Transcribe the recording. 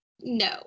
No